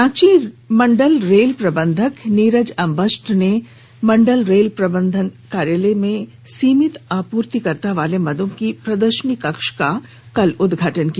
रांची मंडल रेल प्रबंधक नीरज अम्बष्ठ ने मंडल रेल प्रबंधक कार्यालय में सीमित आपूर्तिकर्ता वाले मदों की प्रदर्शनी कक्ष का कल उद्घाटन किया